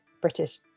British